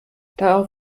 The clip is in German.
darauf